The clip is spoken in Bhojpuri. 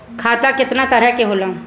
खाता केतना तरह के होला?